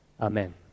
Amen